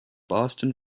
boston